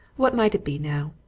what might it be, now?